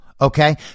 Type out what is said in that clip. Okay